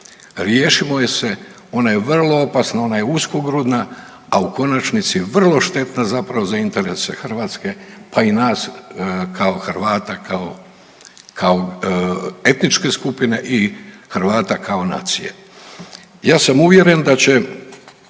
riješimo je se ona je vrlo opasna, ona je uskogrudna, a u konačnici vrlo štetna za interese Hrvatske pa i nas kao Hrvata kao etničke skupine i Hrvata kao nacije. Ja sam uvjeren da će